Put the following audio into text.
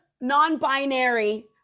non-binary